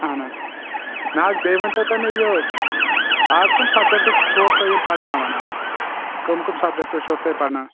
اَہَن حظ نہٕ حظ بیٚیہِ ؤنۍتَو تُہۍ مےٚ یہِ اَز کٔم سبجکٹہٕ چھِہوٗکھ تُہۍ یِم پرناوان اَتہِ کٔم کٔم سبجکٹہٕ تُہۍ چھِہوٗکھ پرناوان